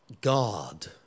God